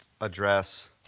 address